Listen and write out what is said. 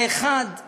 האחד הוא